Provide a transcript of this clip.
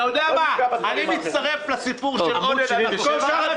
אתה יודע מה, אני מצטרף לדברים של עודד פורר.